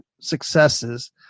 successes